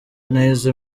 neza